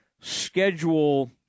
schedule